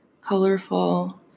colorful